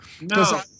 no